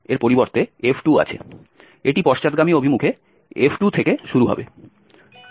এটি পশ্চাৎগামী অভিমুখে f2 থেকে শুরু হবে